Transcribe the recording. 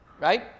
right